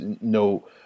no